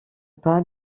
pas